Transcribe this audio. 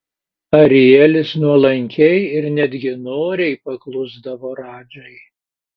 arielis nuolankiai ir netgi noriai paklusdavo radžai